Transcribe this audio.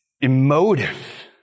emotive